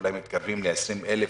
אולי מתקרבים ל-20,000